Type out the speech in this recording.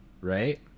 right